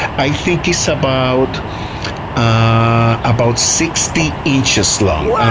i think it's about ah about sixty inches long,